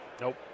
Nope